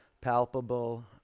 palpable